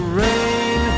rain